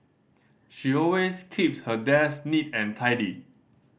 she always keeps her desk neat and tidy